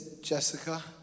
Jessica